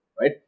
right